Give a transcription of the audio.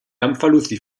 lamfalussy